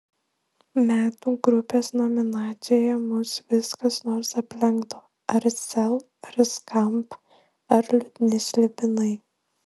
metų grupės nominacijoje mus vis kas nors aplenkdavo ar sel ar skamp ar liūdni slibinai